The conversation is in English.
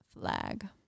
flag